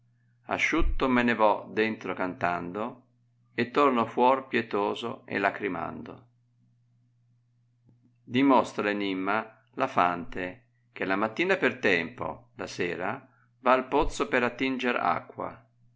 asciutto me ne vo dentro cantando e torno fuor pietoso e lagrimando dimostra l enimma la fante che la mattina per tempo la sera va al pozzo per attinger acqua